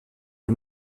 les